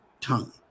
tongue